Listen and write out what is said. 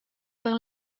per